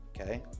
okay